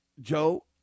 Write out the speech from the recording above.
Joe